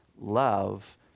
love